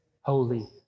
holy